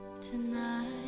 Tonight